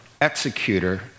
executor